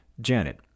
Janet